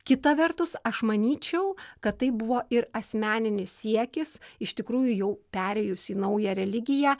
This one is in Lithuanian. kita vertus aš manyčiau kad tai buvo ir asmeninis siekis iš tikrųjų jau perėjus į naują religiją